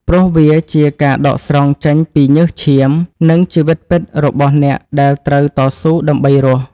ព្រោះវាជាការដកស្រង់ចេញពីញើសឈាម និងជីវិតពិតរបស់អ្នកដែលត្រូវតស៊ូដើម្បីរស់។